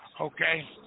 Okay